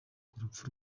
urupfu